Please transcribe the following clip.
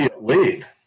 leave